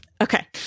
okay